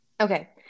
Okay